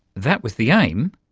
that was the aim.